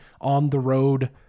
on-the-road